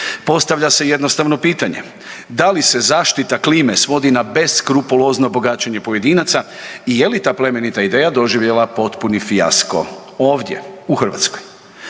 Postavlja se jednostavno pitanje da li se zaštita klime svodi na beskrupulozno bogaćenje pojedinaca i je li ta plemenita ideja doživjela potpuni fijasko ovdje u Hrvatskoj?